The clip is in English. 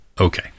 Okay